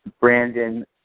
Brandon